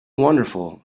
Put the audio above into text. wonderful